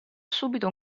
subito